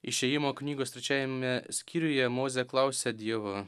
išėjimo knygos trečiajame skyriuje mozė klausia dievo